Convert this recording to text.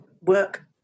work